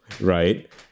right